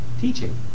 teaching